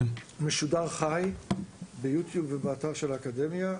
משודר חי ביוטיוב ובאקדמיה.